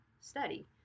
study